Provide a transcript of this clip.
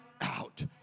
out